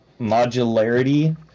modularity